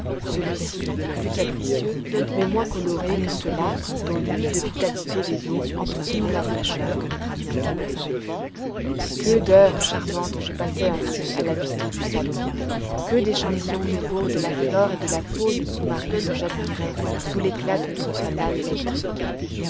ceux-ci plus capricieux mais moins colorés que ceux-là dont l'humide vitalité des eaux entretenait la fraîcheur que d'heures charmantes je passai ainsi à la vitre du salon que d'échantillons nouveaux de la flore et de la faune sous-marine j'admirai sous l'éclat de notre fanal électrique